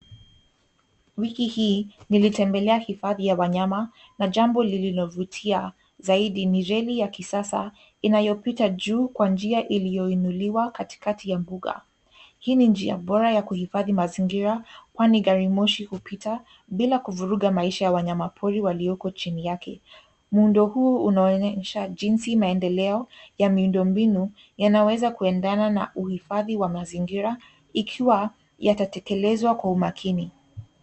Wiki hii nilitembelea hifadhi ya wanyama na jambo lililovutia zaidi ni reli ya kisasa inayopita juu kwa njia iliyoinuliwa katikati ya mbuga. Hii ni njia bora ya kuhifadhi mazingira kwani garimoshi hupita bila kuvuruga maisha ya wanyamapori walioko chini yake. Muundo huu unaonyesha jinsi maendeleo ya miundombinu yanaweza kuendana na uhifadhi wa mazingira ikiwa yatatekelezwa kwa umakini.